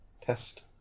test